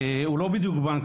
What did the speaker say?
הוא לא בדיוק בנק,